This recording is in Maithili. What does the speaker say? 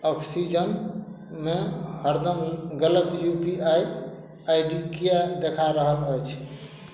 ऑक्सीजनमे हरदम गलत U P I I D किआ देखा रहल अछि